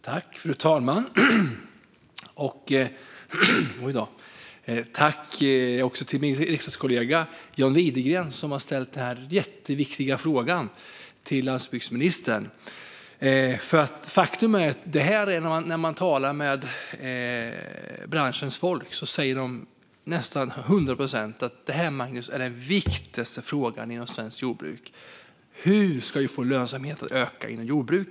Fru talman! Jag tackar min riksdagskollega John Widegren, som har ställt denna jätteviktiga interpellation till landsbygdsministern. När jag talar med branschens folk säger nästan 100 procent av dem att den viktigaste frågan inom svenskt jordbruk är hur vi ska få lönsamheten att öka.